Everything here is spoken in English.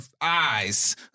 eyes